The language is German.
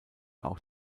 auch